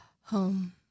home